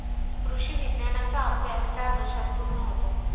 कृषी विज्ञानाचा अभ्यास चार वर्षांत पूर्ण होतो